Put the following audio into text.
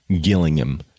Gillingham